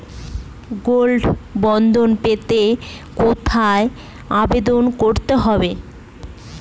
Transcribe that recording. Gold bond পেতে কোথায় আবেদন করতে হবে?